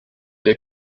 der